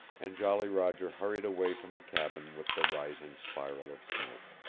and jolly roger hurried away from the cabin with the rising spiral of smoke.